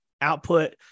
output